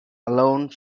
alone